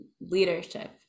leadership